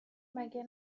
مگه